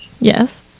yes